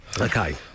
Okay